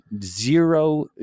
zero